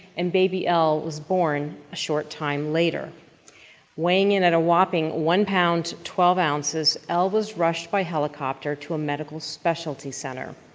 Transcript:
and baby elle was born a short time later weighing in at a whopping one pound, twelve ounces elle was rushed by helicopter to a medical specialty center.